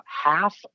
half